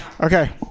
Okay